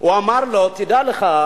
הוא אמר לו: תדע לך